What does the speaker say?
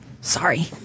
Sorry